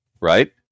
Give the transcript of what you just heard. right